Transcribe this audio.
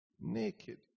naked